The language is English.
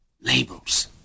labels